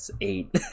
eight